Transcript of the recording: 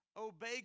obey